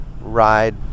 ride